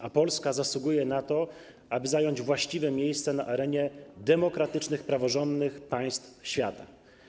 A Polska zasługuje na to, aby zająć właściwe miejsce na arenie demokratycznych, praworządnych państw świata.